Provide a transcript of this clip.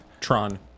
Tron